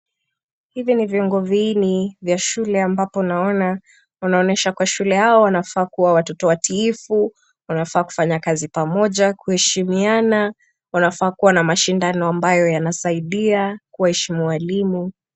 Hivi ni viwango viwili vya shule ambapo naona wanaonyesha kuwa watoto hawa wanafaa kuwa watoto watiifu, wanafaa kuwa wanafanya kazi pamoja, kuheshimiana, wanafaa kuwa na mashindano ambayo yanasaidia kuheshimu walimu.